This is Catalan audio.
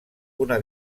una